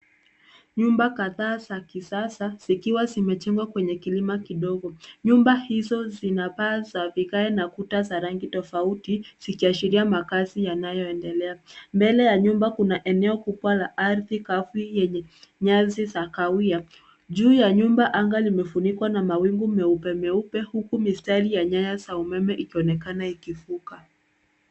Nyumba kadhaa za kisasa zikiwa zimejengwa kwnye kilima kidogo, nyumba hizo zina paa za vigae na kuta za rangi tofauti zikiashiria makazi yanayoendelea. Mbele ya nyumba kuna eneo kubwa la ardhi kavu yenye nyazi za kahawia, juu ya nyumba anga limefunikwa na mawingu meupe meupe huku mistari ya nyaya za umeme zikionekana ikivuka.